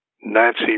Nancy